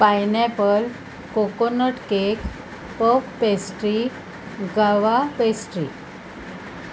pineapple coconut cake puff pastry guava pastry